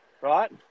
right